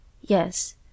Yes